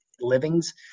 livings